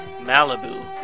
Malibu